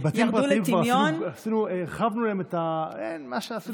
בבתים פרטיים כבר הרחבנו להם את, מה שעשינו שם.